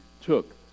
took